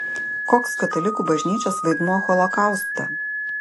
koks katalikų bažnyčios vaidmuo holokauste